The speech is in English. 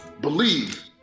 Believe